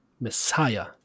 messiah